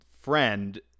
friend